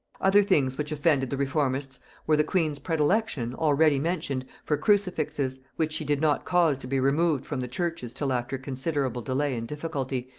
other things which offended the reformists were, the queen's predilection, already mentioned, for crucifixes, which she did not cause to be removed from the churches till after considerable delay and difficulty,